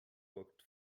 booked